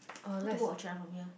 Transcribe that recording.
how to watch ah from here